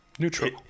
neutral